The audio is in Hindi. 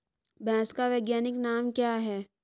भैंस का वैज्ञानिक नाम क्या है?